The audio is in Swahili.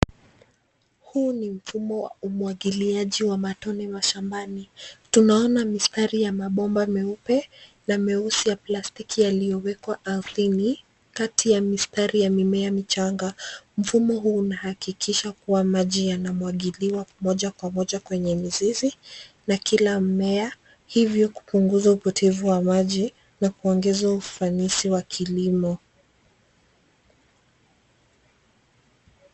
Huu ni mfumo wa umwagiliaji wa matone mashambani. Tunaona mistari ya mabomba meupe na meusi ya plastiki yaliyowekwa ardhini, kati ya mistari ya mimea michanga. Mfumo huu unahakikisha kuwa maji yanamwagiliwa moja kwa moja kwenye mizizi, na kila mmea, hivyo kupunguza upotevu wa maji na kuongeza ufanisi wa kilimo.